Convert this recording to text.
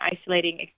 isolating